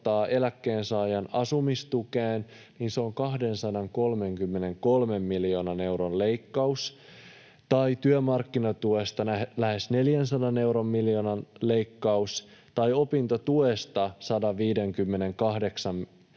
eläkkeensaajan asumistukeen, niin se on 233 miljoonan euron leikkaus tai työmarkkinatuesta lähes 400 miljoonan euron leikkaus tai opintotuesta 158